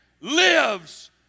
lives